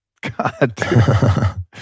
god